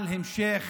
על המשך